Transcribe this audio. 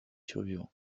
survivants